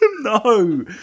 No